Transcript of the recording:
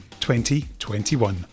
2021